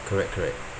correct correct